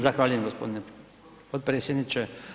Zahvaljujem gospodine potpredsjedniče.